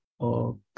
Okay